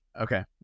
Okay